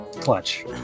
Clutch